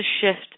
shift